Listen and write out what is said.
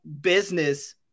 business